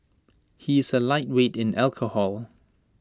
he is A lightweight in alcohol